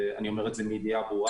אני אומר את זה מידיעה ברורה,